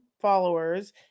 followers